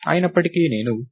అయినప్పటికీ నేను my birthday